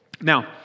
Now